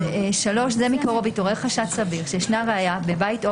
(3)זה מקרוב התעורר חשד סביר שישנה ראיה בבית או